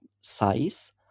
size